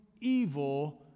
evil